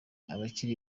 n’abakiri